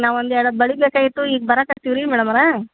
ನಾನು ಒಂದರ ಬಳೆ ಬೇಕಾಗಿತ್ತು ಈಗ ಬರಾಕ್ಕತ್ತೀವಿ ರೀ ಮ್ಯಾಡಮರೆ